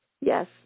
Yes